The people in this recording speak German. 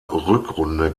rückrunde